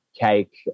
Cake